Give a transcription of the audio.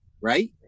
right